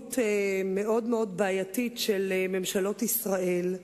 מדיניות מאוד מאוד בעייתית של ממשלות ישראל,